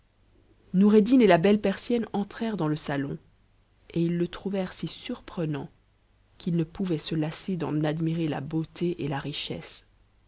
noureddin et la belle persienne entrèrent dans le salon et ils le trouverent si surprenant qu'ils ne pouvaient se lasser d'en admirer la beauté et la richesse